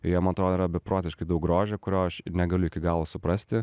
joje man atrodo yra beprotiškai daug grožio kurio aš negaliu iki galo suprasti